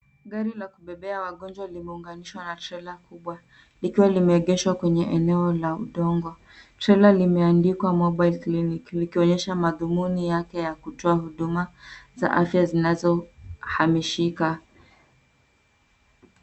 Gari la kubebea wagonjwa limeunganishwa na trela kubwa likiwa limeengeshwa kwenye eneo la udongo. Trela limeandikwa mobile clinic likionyesha madhumuni yake ya kutoa huduma za afya zinazohamishika,